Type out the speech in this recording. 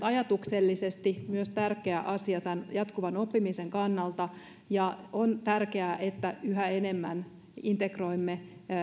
ajatuksellisesti myös tärkeä asia jatkuvan oppimisen kannalta ja on tärkeää että yhä enemmän integroimme